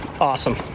Awesome